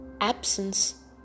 absence